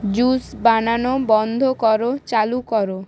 juice বানানো বন্ধ করো চালু করো